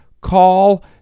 call